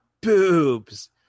boobs